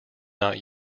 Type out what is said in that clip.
not